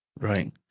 Right